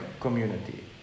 community